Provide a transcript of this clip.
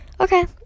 Okay